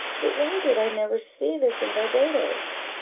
but why did i never see this in barbadoes?